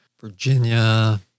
Virginia